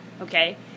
okay